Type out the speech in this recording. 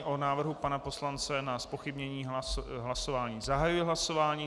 O návrhu pana poslance na zpochybnění hlasování zahajuji hlasování.